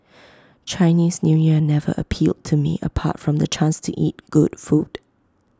Chinese New Year never appealed to me apart from the chance to eat good food